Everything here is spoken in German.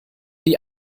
die